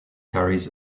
carries